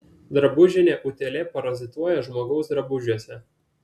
drabužinė utėlė parazituoja žmogaus drabužiuose